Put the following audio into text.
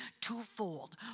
twofold